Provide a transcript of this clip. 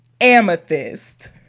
Amethyst